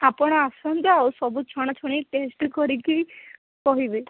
ଆପଣ ଆସନ୍ତୁ ଆଉ ସବୁ ଛଣା ଛଣି ଟେଷ୍ଟ୍ କରିକି କହିବେ